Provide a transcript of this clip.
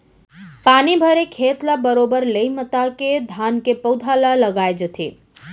पानी भरे खेत ल बरोबर लई मता के धान के पउधा ल लगाय जाथे